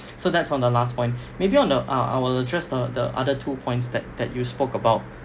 so that's on the last point maybe on the uh I will address the the other two points that that you spoke about